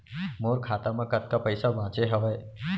मोर खाता मा कतका पइसा बांचे हवय?